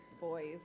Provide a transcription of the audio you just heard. boys